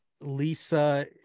lisa